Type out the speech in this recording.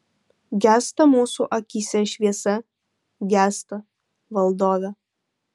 gęsta mūsų akyse šviesa gęsta valdove